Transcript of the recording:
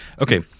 Okay